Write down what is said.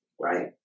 right